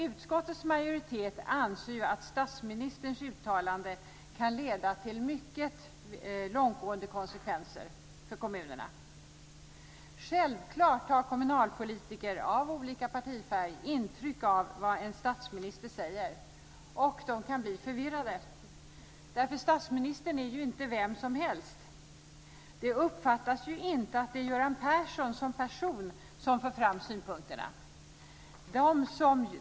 Utskottets majoritet anser att statsministerns uttalande kan leda till mycket långtgående konsekvenser för kommunerna. Självklart tar kommunalpolitiker av olika partifärg intryck av vad en statsminister säger, och de kan bli förvirrade. Statsministern är ju inte vem som helst. Det uppfattas inte att det är Göran Persson som person som för fram synpunkterna.